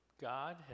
God